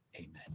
Amen